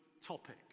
topic